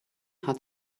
hat